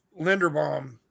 Linderbaum